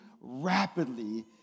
rapidly